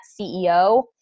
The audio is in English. CEO